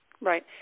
Right